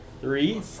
Three